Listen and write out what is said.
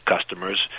customers